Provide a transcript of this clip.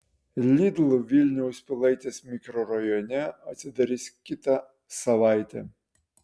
lidl vilniaus pilaitės mikrorajone atsidarys kitą savaitę